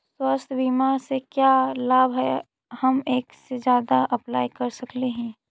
स्वास्थ्य बीमा से का क्या लाभ है हम एक से जादा अप्लाई कर सकली ही?